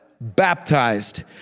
baptized